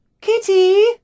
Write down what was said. Kitty